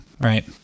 right